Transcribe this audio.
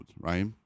Right